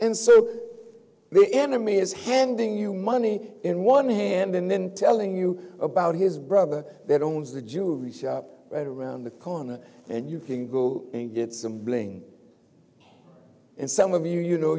and so the enemy is handing you money in one hand and then telling you about his brother that owns the juvie shop right around the corner and you can go and get some bling and some of you you know